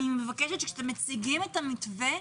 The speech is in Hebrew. כשאתם מציגים את המתווה,